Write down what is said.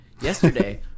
Yesterday